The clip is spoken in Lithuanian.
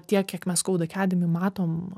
tiek kiek mes codeacademy matom